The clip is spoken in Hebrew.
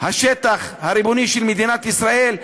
השטח הריבוני של מדינת ישראל,